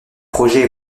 projets